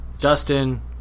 Dustin